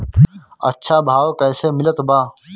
अच्छा भाव कैसे मिलत बा?